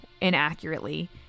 inaccurately